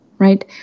right